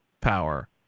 power